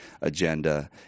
agenda